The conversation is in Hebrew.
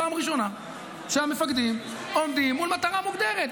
פעם ראשונה שהמפקדים עומדים מול מטרה מוגדרת.